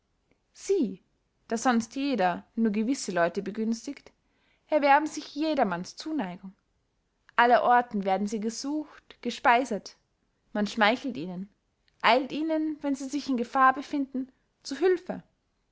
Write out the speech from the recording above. sie da sonst jeder nur gewisse leute begünstigt erwerben sich jedermanns zuneigung allerorten werden sie gesucht gespeiset man schmeichelt ihnen eilt ihnen wenn sie sich in gefahr befinden zu hülfe